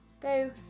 Go